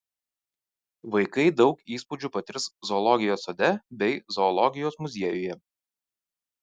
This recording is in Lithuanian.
vaikai daug įspūdžių patirs zoologijos sode bei zoologijos muziejuje